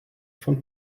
von